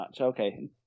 Okay